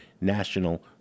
National